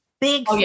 big